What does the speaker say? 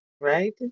right